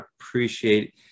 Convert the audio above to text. appreciate